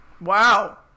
Wow